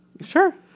Sure